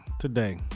Today